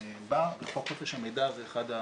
וחוק חופש המידע זה אחד,